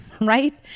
right